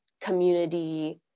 community